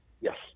Yes